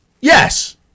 Yes